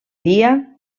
dia